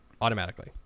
automatically